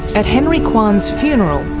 at henry kwan's funeral,